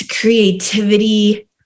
creativity